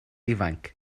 ifanc